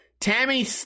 Tammy